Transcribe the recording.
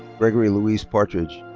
gregory luis partridge.